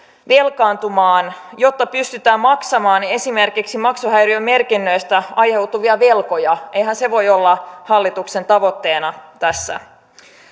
velkaantumaan jotta pystytään maksamaan esimerkiksi maksuhäiriömerkinnöistä aiheutuvia velkoja eihän se voi olla hallituksen tavoitteena tässä